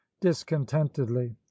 discontentedly